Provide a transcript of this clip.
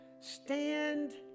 stand